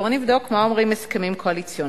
בואו נבדוק מה אומרים ההסכמים הקואליציוניים.